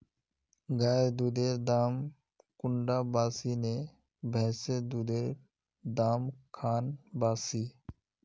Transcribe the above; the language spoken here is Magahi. गायेर दुधेर दाम कुंडा बासी ने भैंसेर दुधेर र दाम खान बासी?